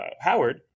Howard